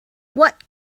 what